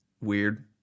weird